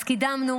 אז קידמנו,